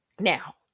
Now